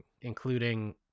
including